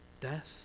Death